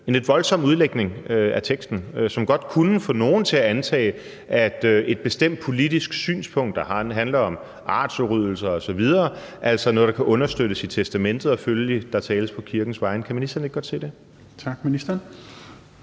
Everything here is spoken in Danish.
en lidt voldsom udlægning af teksten, som godt kunne få nogen til at antage, at et bestemt politisk synspunkt, der handler om artsudryddelser osv., altså er noget, der kan understøttes i testamentet, og at der følgelig tales på kirkens vegne. Kan ministeren ikke godt se det? Kl. 16:10 Tredje